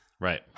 Right